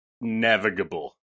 navigable